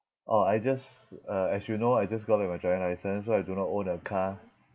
orh I just uh as you know I just got back my driving license so I do not own a car